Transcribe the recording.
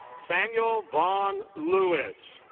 samuel vaughn lewis